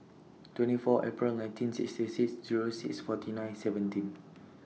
twenty four April nineteen sixty six juror six forty nine seventeen